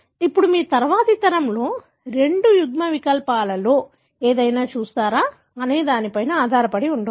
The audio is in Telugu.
ఇప్పుడు మీరు తరువాతి తరంలో రెండు యుగ్మవికల్పాలలో ఏదైనా చూస్తారా అనే దానిపై ఆధారపడి ఉంటుంది